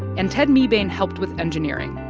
and ted mebane helped with engineering.